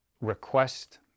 request